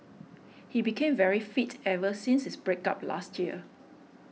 he became very fit ever since his break up last year